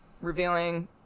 Revealing